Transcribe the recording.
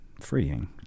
freeing